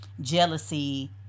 jealousy